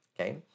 okay